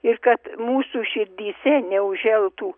ir kad mūsų širdyse neužželtų